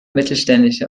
mittelständische